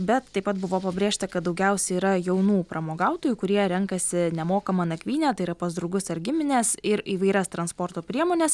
bet taip pat buvo pabrėžta kad daugiausia yra jaunų pramogautojų kurie renkasi nemokamą nakvynę tai yra pas draugus ar gimines ir įvairias transporto priemones